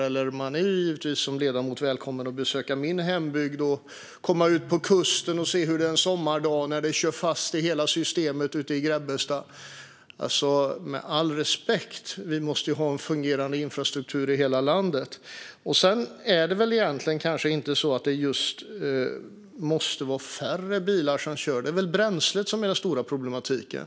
Som ledamot är man givetvis också välkommen att besöka min hembygd och komma ut på kusten och se hur hela systemet kör fast en sommardag ute i Grebbestad. Alltså, med all respekt: Vi måste ha en fungerande infrastruktur i hela landet. Sedan kanske det inte måste vara just färre bilar som kör, utan det är bränslet som är den stora problematiken.